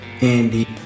Andy